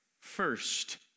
first